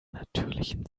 natürlichen